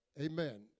amen